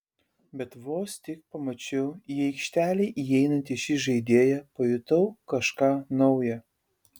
bet vos tik pamačiau į aikštelę įeinantį šį žaidėją pajutau kažką nauja